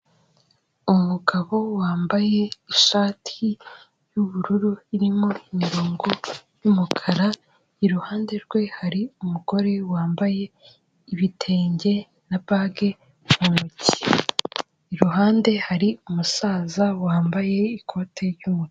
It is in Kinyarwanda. Umugabo wambaye ishati y'ubururu irimo imirongo y'umukara, iruhande rwe hari umugore wambaye ibitenge na bage mu ntoki, iruhande hari umusaza wambaye ikoti ry'umuhondo.